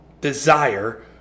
desire